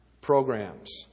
programs